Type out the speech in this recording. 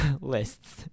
lists